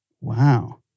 Wow